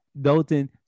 Dalton